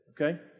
okay